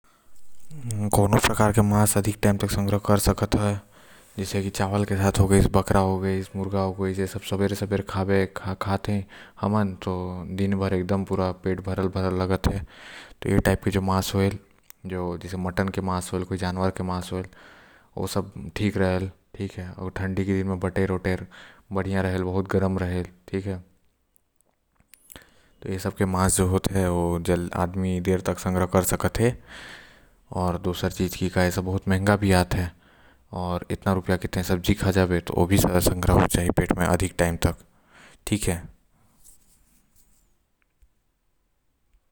कोनो प्रकार के मांस अधिक समय तक संग्रह कर सकत हस। जैसे कि बकरा हो गाइस मुर्गा हो गाइस आऊ ठंड के दिन म बटेर हो गाइस ए सब ल संग्रह कर के रख सकत हस।